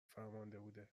فرمانده